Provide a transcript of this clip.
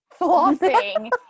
flossing